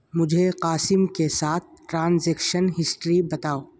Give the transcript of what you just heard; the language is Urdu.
مجھے قاسم کے ساتھ ٹرانزیکشن ہسٹری بتاؤ